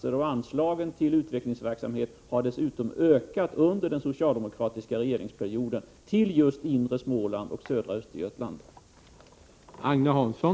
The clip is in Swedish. Dessutom har anslagen till utvecklingsverksamhet i just inre Småland och södra Östergötland ökat under den socialdemokratiska regeringsperioden.